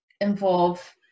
involve